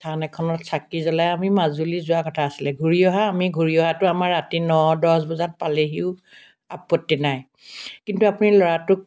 থান এখনত চাকি জ্বলাই আমি মাজুলী যোৱা কথা আছিলে ঘূৰি অহা আমি ঘূৰি অহাটো ৰাতি ন দহ বজাত পালেহিও আপত্তি নাই কিন্তু আপুনি ল'ৰাটোক